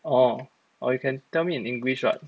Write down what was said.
orh or you can tell me in english what